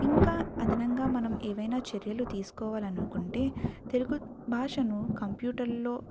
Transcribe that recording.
ఇంకా అదనంగా మనం ఏవైనా చర్యలు తీసుకోవాలనుకుంటే తెలుగు భాషను కంప్యూటర్లలో